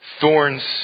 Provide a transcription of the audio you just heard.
Thorns